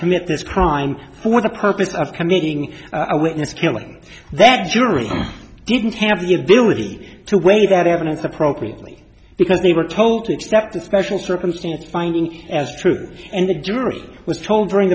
commit this crime and what the purpose of committing a witness killing that jury didn't have the ability to weigh that evidence appropriately because they were told to accept a special circumstance finding as true and the jury was told during